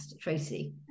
Tracy